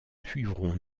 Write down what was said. suivrons